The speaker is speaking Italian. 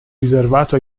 riservato